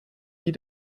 wie